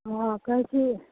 हँ कहैत छी